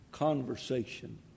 conversation